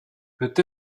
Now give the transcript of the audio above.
peut